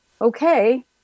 okay